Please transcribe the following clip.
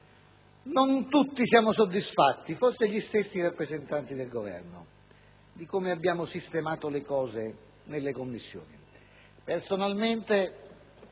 Non tutti siamo soddisfatti, forse gli stessi rappresentanti del Governo, di come abbiamo sistemato le questioni sulle Commissioni. Personalmente